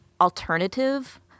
alternative